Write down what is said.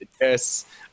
yes